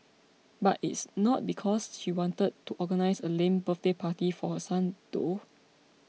but it's not because she wanted to organise a lame birthday party for her son though